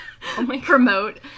promote